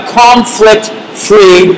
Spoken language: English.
conflict-free